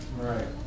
Right